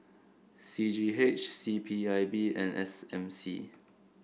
C G H C P I B and S M C